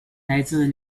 来自